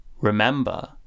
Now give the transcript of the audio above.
remember